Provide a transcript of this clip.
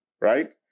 Right